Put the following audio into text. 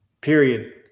Period